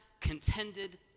contended